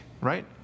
right